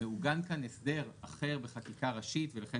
מעוגן כאן הסדר אחר בחקיקה ראשית ולכן